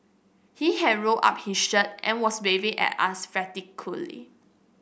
he had rolled up his shirt and was waving at us frantically